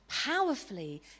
powerfully